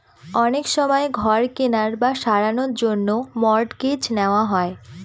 অনেক সময় ঘর কেনার বা সারানোর জন্য মর্টগেজ নেওয়া হয়